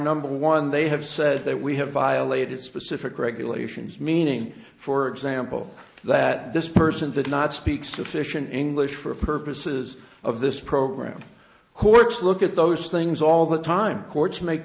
number one they have said that we have violated specific regulations meaning for example that this person did not speak sufficient english for purposes of this program courts look at those things all the time courts make